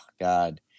God